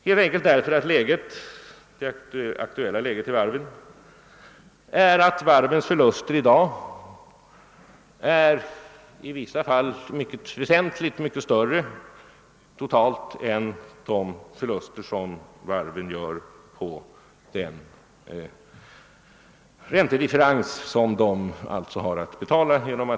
Deras förluster är nämligen i vissa fall totalt sett väsentligt mycket större än de förluster de gör på räntedifferensen.